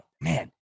man